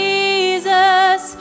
Jesus